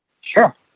Sure